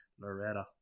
Loretta